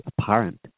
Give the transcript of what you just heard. apparent